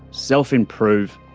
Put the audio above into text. self-improve,